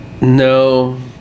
No